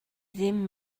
ddim